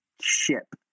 ship